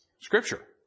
Scripture